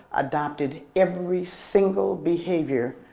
adopted every single behavior